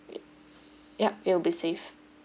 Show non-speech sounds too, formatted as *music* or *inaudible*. *noise* yup it will be safe